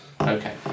Okay